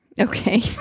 Okay